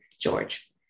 George